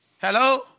Hello